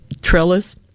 trellis